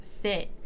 fit